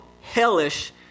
hellish